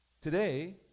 Today